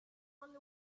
only